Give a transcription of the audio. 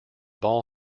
ball